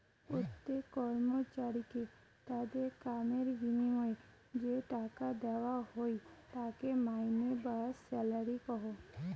প্রত্যেক কর্মচারীকে তাদের কামের বিনিময়ে যে টাকা দেওয়া হই তাকে মাইনে বা স্যালারি কহু